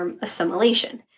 assimilation